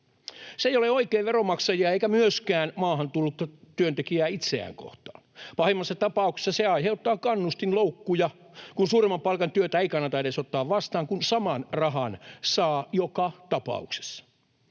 Se ei ole oikein veronmaksajia eikä myöskään maahan tullutta työntekijää itseään kohtaan. Pahimmassa tapauksessa se aiheuttaa kannustinloukkuja, kun suuremman palkan työtä ei kannata edes ottaa vastaan, kun saman rahan saa joka tapauksessa.